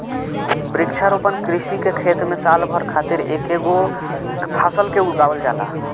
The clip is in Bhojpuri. वृक्षारोपण कृषि के खेत में साल भर खातिर एकेगो फसल के उगावल जाला